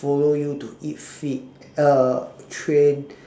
follow you to eat fit uh train